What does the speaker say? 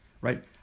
right